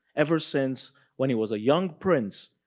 ever since when he was a young prince,